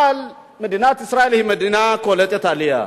אבל מדינת ישראל היא מדינה קולטת עלייה.